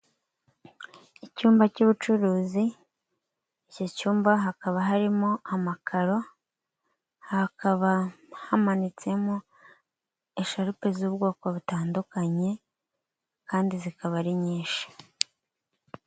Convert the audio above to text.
Icyumba cy'ubucuruzi, iki cyumba hakaba harimo amakaro, hakaba hamanitsemo isharupe z'ubwoko butandukanye kandi zikaba ari nyinshi.